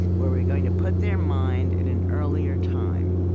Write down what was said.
where we're going to put their mind in an earlier time.